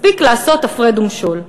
מספיק לעשות הפרד ומשול.